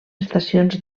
estacions